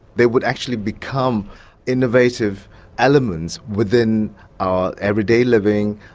they would actually become innovative elements within our everyday living,